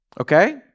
Okay